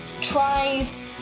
tries